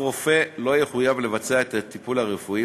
שום רופא לא יחויב לבצע את הטיפול הרפואי,